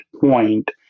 point